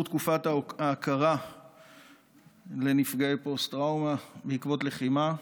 תקופת ההכרה לנפגעי פוסט-טראומה בעקבות לחימה.